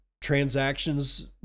transactions